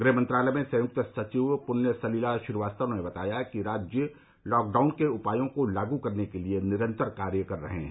गृह मंत्रालय में संयुक्त सचिव पृण्य सलिला श्रीवास्तव ने बताया कि राज्य लॉकडाउन के उपायों को लागू करने के लिए निरंतर कार्य कर रहे हैं